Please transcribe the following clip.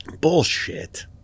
Bullshit